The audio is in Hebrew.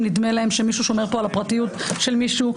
אם נדמה להם שמישהו שומר פה על הפרטיות של מישהו,